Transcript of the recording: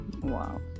Wow